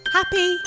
Happy